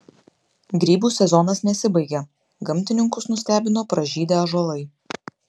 grybų sezonas nesibaigia gamtininkus nustebino pražydę ąžuolai